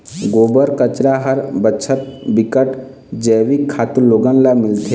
गोबर, कचरा हर बछर बिकट जइविक खातू लोगन ल मिलथे